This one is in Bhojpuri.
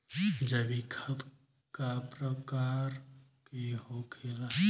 जैविक खाद का प्रकार के होखे ला?